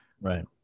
Right